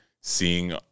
seeing